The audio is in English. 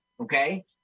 okay